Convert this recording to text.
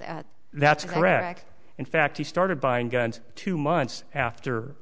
that that's correct in fact he started buying guns two months after